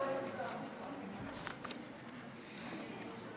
סוף-סוף אנחנו יכולים לנשום לרווחה: כל מכתב רשום,